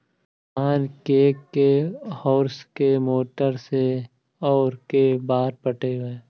धान के के होंस के मोटर से औ के बार पटइबै?